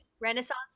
Renaissance